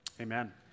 Amen